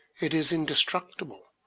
it is indestructible,